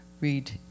read